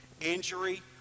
injury